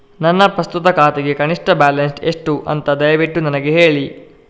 ನನ್ನ ಪ್ರಸ್ತುತ ಖಾತೆಗೆ ಕನಿಷ್ಠ ಬ್ಯಾಲೆನ್ಸ್ ಎಷ್ಟು ಅಂತ ದಯವಿಟ್ಟು ನನಗೆ ಹೇಳಿ